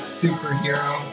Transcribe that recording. superhero